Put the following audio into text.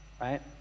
right